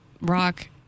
rock